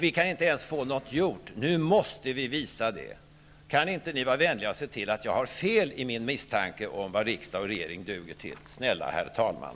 De kan inte ens få någonting gjort. Nu måste vi visa att vi kan det. Kan inte ni vara vänliga att se till att jag har fel i min misstanke om vad riksdag och regering duger till?, snälla herr talman.